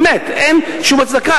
באמת, אין שום הצדקה.